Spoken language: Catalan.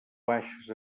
baixes